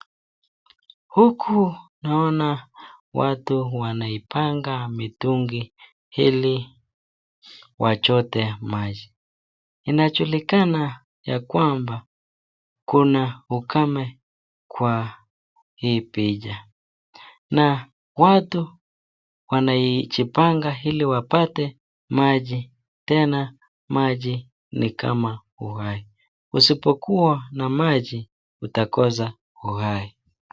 Huku naona watu wanaipanga mitungi hili wachote maji, inajulikana kwamba kuna ukame kwa hii picha na watu wanajipanga hili wapate maji tena maji ni kama uai, usipokuwa na maji utakosa uai.